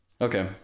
okay